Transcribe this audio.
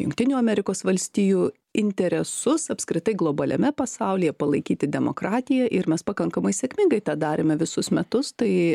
jungtinių amerikos valstijų interesus apskritai globaliame pasaulyje palaikyti demokratiją ir mes pakankamai sėkmingai tą darėme visus metus tai